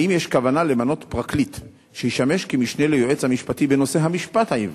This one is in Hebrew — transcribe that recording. האם יש כוונה למנות פרקליט שישמש כמשנה ליועץ המשפטי בנושא המשפט העברי?